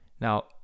Now